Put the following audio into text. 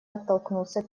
оттолкнуться